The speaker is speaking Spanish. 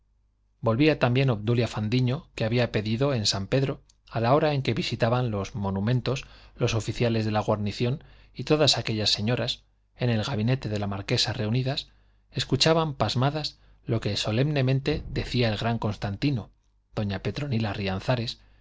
volvía también obdulia fandiño que había pedido en san pedro a la hora en que visitaban los monumentos los oficiales de la guarnición y todas aquellas señoras en el gabinete de la marquesa reunidas escuchaban pasmadas lo que solemnemente decía el gran constantino doña petronila